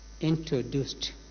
introduced